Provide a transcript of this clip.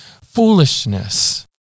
foolishness